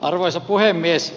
arvoisa puhemies